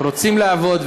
רוצים לעבוד,